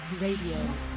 Radio